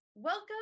Welcome